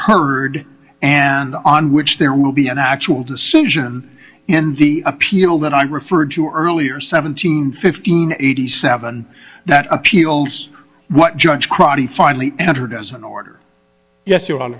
heard and on which there will be an actual decision and the appeal that i referred to earlier seventeen fifteen eighty seven that appeals what judge crotty finally entered as an order yes